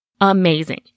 amazing